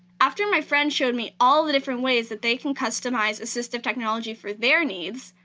after my friend showed me all the different ways that they can customize assistive technology for their needs,